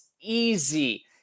easy